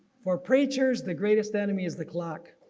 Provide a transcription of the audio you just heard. for preachers the greatest enemy is the clock